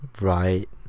Right